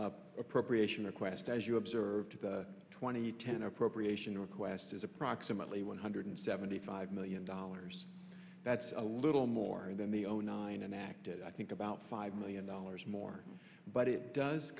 appropriation request as you observed the twenty ten appropriation request is approximately one hundred seventy five million dollars that's a little more than the zero nine and acted i think about five million dollars more but it does